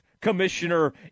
commissioner